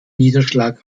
niederschlag